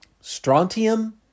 Strontium